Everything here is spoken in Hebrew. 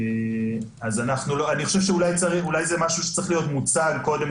אני חושב שאולי זה משהו שצריך להיות מוצג קודם